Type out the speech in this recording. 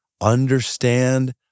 understand